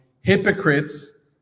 hypocrites